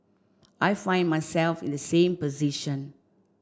I find myself in the same position